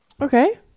okay